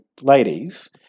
ladies